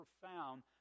profound